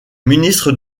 ministre